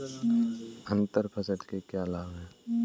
अंतर फसल के क्या लाभ हैं?